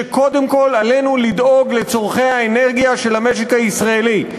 שקודם כול עלינו לדאוג לצורכי האנרגיה של המשק הישראלי.